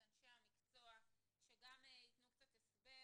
את אנשי המקצוע שגם ייתנו קצת הסבר